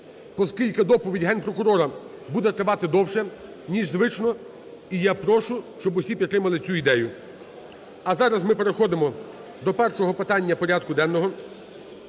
Оскільки доповідь Генпрокурора буде тривати довше, ніж звично, і я прошу, щоб усі підтримали цю ідею. А зараз ми переходимо до першого питання порядку денного.